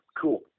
cool